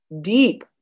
deep